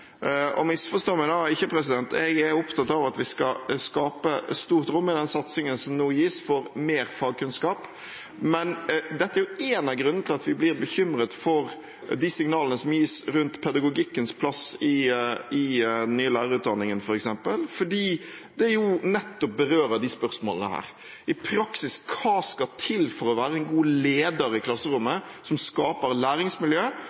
Misforstå meg ikke: Jeg er opptatt av at vi skal skape stort rom for mer fagkunnskap i den satsingen som nå gis, men dette er jo én av grunnene til at vi blir bekymret for de signalene som gis om pedagogikkens plass i den nye lærerutdanningen, fordi det nettopp berører disse spørsmålene. Hva skal i praksis til for å være en god leder i klasserommet, som skaper læringsmiljø